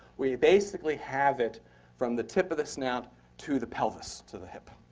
we basically have it from the tip of the snout to the pelvis, to the hip.